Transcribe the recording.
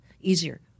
easier